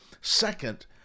Second